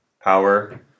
power